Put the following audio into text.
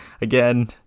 Again